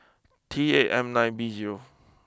T eight M nine B zero